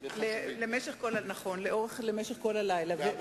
ברוסיה, ארגון שדאג לעלייה לישראל.